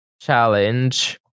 challenge